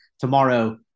tomorrow